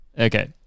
Okay